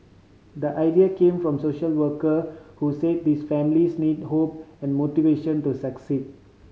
the idea came from social worker who said these families need hope and motivation to succeed